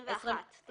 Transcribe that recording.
21 ימים.